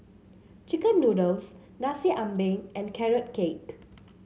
chicken noodles Nasi Ambeng and Carrot Cake